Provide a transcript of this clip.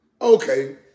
Okay